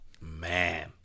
Man